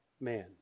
man